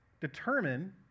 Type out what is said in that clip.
determine